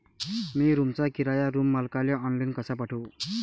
मी रूमचा किराया रूम मालकाले ऑनलाईन कसा पाठवू?